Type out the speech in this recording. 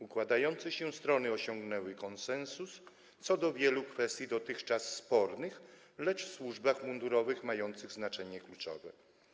Układające się strony osiągnęły konsensus co do wielu kwestii dotychczas spornych, lecz w służbach mundurowych mających znaczenie kluczowe.